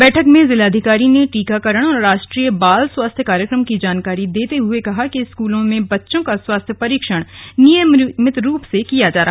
बैठक में जिलाधिकारी ने टीकाकरण और राष्ट्रीय बाल स्वास्थ्य कार्यक्रम की जानकारी देते हए कहा कि स्कूलों में बच्चों का स्वास्थ्य परीक्षण नियमित रूप से किया जाए